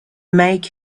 make